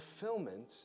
fulfillment